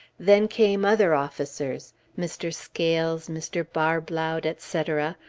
then came other officers mr. scales, mr. barblaud, etc,